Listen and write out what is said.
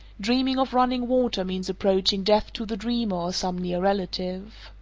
dreaming of running water means approaching death to the dreamer or some near relative.